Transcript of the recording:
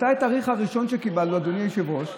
מה התאריך הראשון שקיבלנו, אדוני היושב-ראש?